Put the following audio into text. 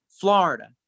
Florida